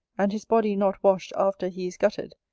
and his body not washed after he is gutted,